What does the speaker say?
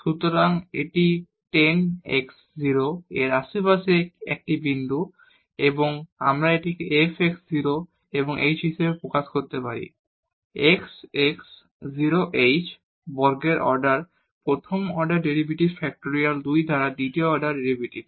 সুতরাং এটি 10 x 0 এর আশেপাশের একটি বিন্দু এবং আমরা এটিকে f x 0 এবং h হিসাবে প্রকাশ করতে পারি x x 0 h বর্গের প্রথম অর্ডার ডেরিভেটিভ ফ্যাক্টরিয়াল 2 দ্বারা দ্বিতীয় অর্ডার ডেরিভেটিভ